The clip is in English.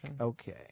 Okay